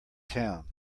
town